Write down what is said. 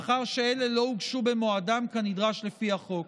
לאחר שאלה לא הוגשו במועדם כנדרש לפי החוק.